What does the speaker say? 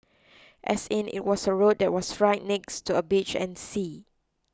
as in it was a road that was right next to a beach and sea